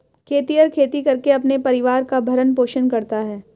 खेतिहर खेती करके अपने परिवार का भरण पोषण करता है